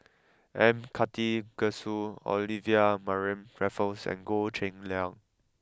M Karthigesu Olivia Mariamne Raffles and Goh Cheng Liang